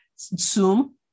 Zoom